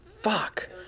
Fuck